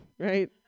Right